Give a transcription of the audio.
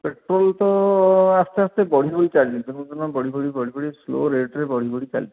petrol ତ ଆସ୍ତେ ଆସ୍ତେ ବଢ଼ି ବଢ଼ି ଚାଲିଛି ଦିନକୁ ଦିନ ବଢ଼ି ବଢ଼ି ସ୍ଲୋ ରେଟ୍ରେ ବଢ଼ି ବଢ଼ି ଚାଲିଛି